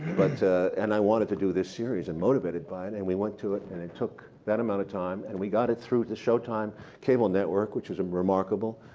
but and i wanted to do this series, and motivated by it. and we went to it, and it took that amount of time. and we got it through to showtime cable network, which is um remarkable